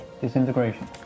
Disintegration